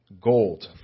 gold